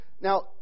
now